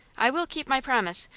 i will keep my promise.